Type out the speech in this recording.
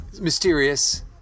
mysterious